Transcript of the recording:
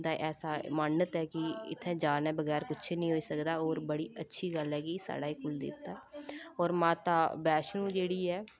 ते ऐसा मानत ऐ कि इत्थै जाने बगैर कुछ नेईं होई सकदा होर बड़ी अच्छी गल्ल ऐ केह् साढ़ा एह् कुल देवता ऐ होर माता बैश्णो जेह्ड़ी ऐ